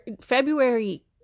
February